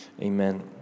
Amen